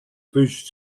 push